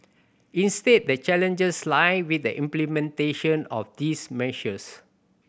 instead the challenges lie with the implementation of these measures